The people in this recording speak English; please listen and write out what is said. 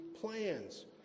plans